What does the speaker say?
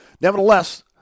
nevertheless